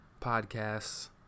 podcasts